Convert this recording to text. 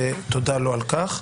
ותודה לו על כך,